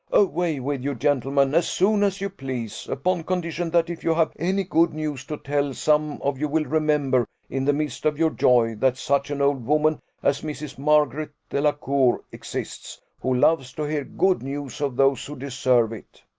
away with you, gentlemen, as soon as you please upon condition, that if you have any good news to tell, some of you will remember, in the midst of your joy, that such an old woman as mrs. margaret delacour exists, who loves to hear good news of those who deserve it.